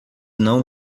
não